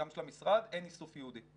גם של המשרד, אין איסוף ייעודי.